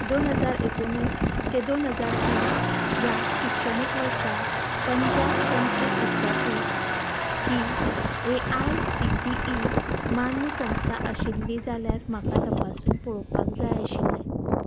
दोन हजार एकोणीस ते दोन हजार वीस ह्या शिक्षणीक वर्सा पंजाब तंत्रीक विद्यापीठ ही एआयसीटीई मान्य संस्था आशिल्ली जाल्यार म्हाका तपासून पळोपाक जाय आशिल्लें